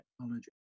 technology